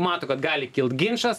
mato kad gali kilt ginčas